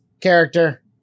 character